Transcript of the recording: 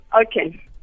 Okay